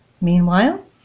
Meanwhile